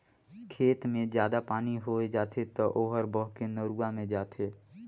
खेत मे जादा पानी होय जाथे त ओहर बहके नरूवा मे जाथे